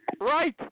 Right